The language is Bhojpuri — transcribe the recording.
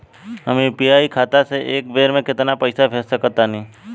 हम यू.पी.आई खाता से एक बेर म केतना पइसा भेज सकऽ तानि?